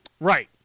Right